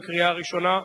קריאה ראשונה,